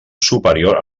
superior